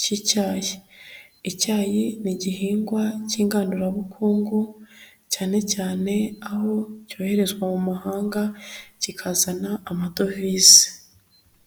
cy'icyayi. Icyayi ni igihingwa cy'inganurabukungu cyane cyane aho cyoherezwa mu mahanga, kikazana amadovize.